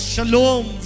Shalom